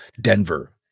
Denver